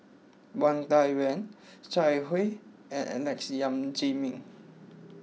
Wang Dayuan Zhang Hui and Alex Yam Ziming